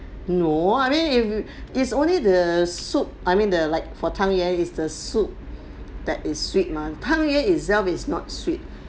no I mean if it's only the soup I mean the like for tang yuan is the soup that is sweet mah tang yuan itself is not sweet